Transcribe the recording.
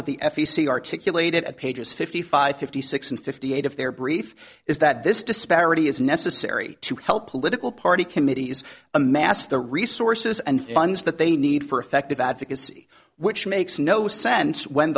that the f e c articulated at pages fifty five fifty six and fifty eight of their brief is that this disparity is necessary to help political party committees amass the resources and funds that they need for effective advocacy which makes no sense when